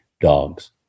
dogs